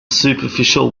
superficial